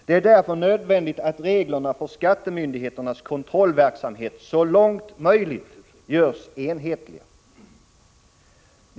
Det är därför nödvändigt att reglerna för skattemyndigheternas kontrollverksamhet så långt möjligt görs enhetliga.